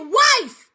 wife